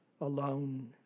alone